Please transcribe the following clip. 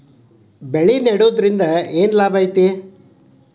ಬೆಳೆ ನೆಡುದ್ರಿಂದ ಏನ್ ಲಾಭ ಐತಿ?